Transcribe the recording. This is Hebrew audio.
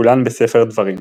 כולן בספר דברים.